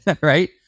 right